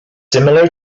similar